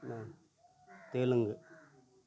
telugu